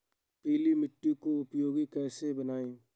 पीली मिट्टी को उपयोगी कैसे बनाएँ?